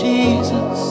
Jesus